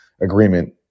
agreement